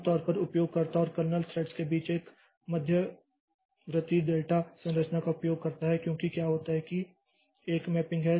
आमतौर पर उपयोगकर्ता और कर्नेल थ्रेड्स के बीच एक मध्यवर्ती डेटा संरचना का उपयोग करता है क्योंकि क्या होता है कि एक मैपिंग है